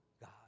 God